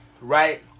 right